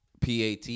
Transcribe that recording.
PAT